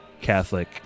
catholic